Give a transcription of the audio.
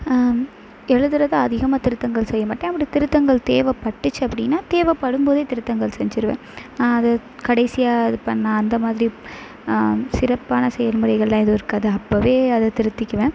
எழுதுறதை அதிகமாக திருத்தங்கள் செய்யமாட்டேன் அப்படி திருத்தங்கள் தேவைப்பட்டுச்சி அப்படின்னா தேவைப்படும்போதே திருத்தங்கள் செஞ்சுடுவேன் நான் அது கடைசியாக இது பண்ண அந்த மாதிரி சிறப்பான செயல்முறைகள்லாம் எதுவும் இருக்காது அப்பவே அதை திருத்திக்குவேன்